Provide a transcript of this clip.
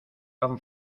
tan